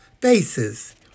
faces